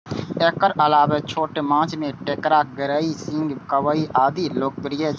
एकर अलावे छोट माछ मे टेंगरा, गड़ई, सिंही, कबई आदि लोकप्रिय छै